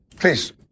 Please